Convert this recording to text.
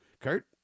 Kurt